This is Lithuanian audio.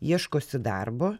ieškosi darbo